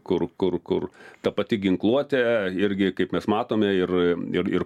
kur kur kur ta pati ginkluotė irgi kaip mes matome ir ir ir